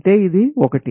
అంటే ఇది ఒకటి